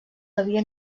devia